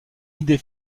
idée